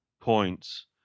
points